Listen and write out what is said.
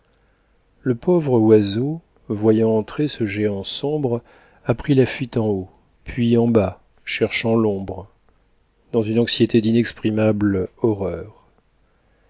le pauvre oiseau voyant entrer ce géant sombre a pris la fuite en haut puis en bas cherchant l'ombre dans une anxiété d'inexprimable horreur